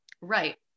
Right